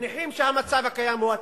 מניחים שהמצב הקיים הוא הטבעי,